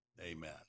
Amen